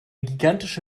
gigantische